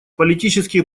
политический